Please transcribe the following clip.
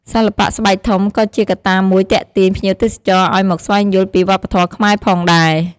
សិល្បៈស្បែកធំក៏ជាកត្តាមួយទាក់ទាញភ្ញៀវទេសចរឲ្យមកស្វែងយល់ពីវប្បធម៌ខ្មែរផងដែរ។